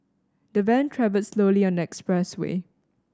the van travelled slowly on the expressway